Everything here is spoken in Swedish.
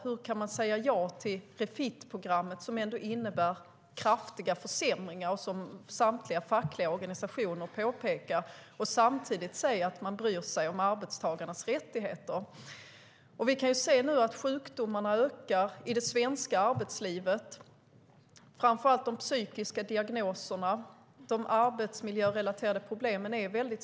Hur kan man säga ja till Refit-programmet, som innebär kraftiga försämringar, som samtliga fackliga organisationer påpekar, och samtidigt säga att man bryr sig om arbetstagarnas rättigheter? Vi kan nu se att sjukdomarna ökar i det svenska arbetslivet, framför allt de psykiska diagnoserna. De arbetsmiljörelaterade problemen är stora.